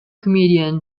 comedian